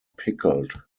pickled